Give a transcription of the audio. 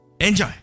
Enjoy